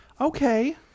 okay